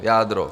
Jádro